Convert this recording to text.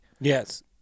Yes